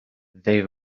they